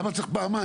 למה צריך פעמיים.